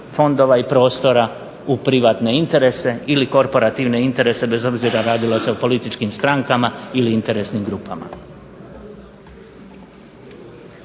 fondova i prostora u privatne interese ili korporativne interese bez obzira radilo se o političkim strankama ili interesnim grupama.